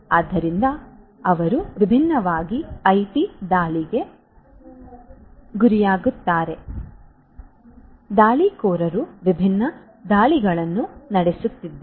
ಆದ್ದರಿಂದ ಅವರು ವಿಭಿನ್ನವಾಗಿ ಐಟಿ ದಾಳಿಗೆ ಗುರಿಯಾಗುತ್ತಾರೆ ಆದ್ದರಿಂದ ದಾಳಿಕೋರರು ವಿಭಿನ್ನ ದಾಳಿಗಳನ್ನು ನಡೆಸುತ್ತಿದ್ದಾರೆ